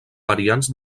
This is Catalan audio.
variants